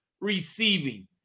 receiving